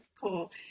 Cool